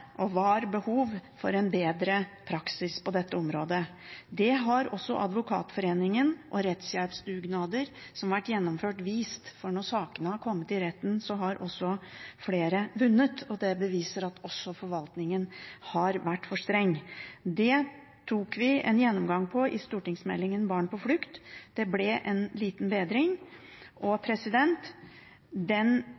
og var behov for en bedre praksis på dette området. Det har også Advokatforeningen og rettshjelpsdugnader som har vært gjennomført, vist, for når sakene har kommet til retten, har flere vunnet. Det beviser at også forvaltningen har vært for streng. Det tok vi en gjennomgang på i stortingsmeldingen Barn på flukt. Det ble en liten bedring.